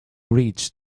ridge